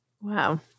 Wow